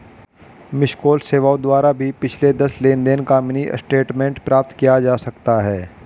miss call सेवाओं द्वारा भी पिछले दस लेनदेन का मिनी स्टेटमेंट प्राप्त किया जा सकता है